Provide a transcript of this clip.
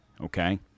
okay